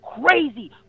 crazy